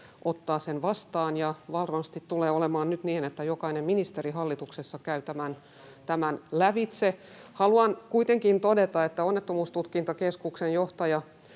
ryhmästä: Vastaus!] ja varmasti tulee olemaan nyt niin, että jokainen ministeri hallituksessa käy tämän lävitse. Haluan kuitenkin todeta, että Onnettomuustutkintakeskuksen johtava